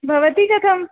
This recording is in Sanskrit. भवती कथम्